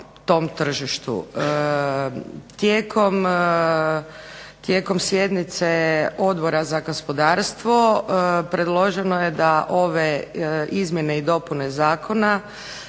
tom tržištu. Tijekom sjednice Odbora za gospodarstvo predloženo je da ove izmjene i dopune zakona